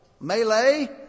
melee